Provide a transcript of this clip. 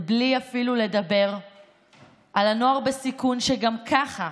זה, בלי אפילו לדבר על הנוער בסיכון שגם ככה,